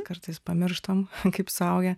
kartais pamirštam kaip suaugę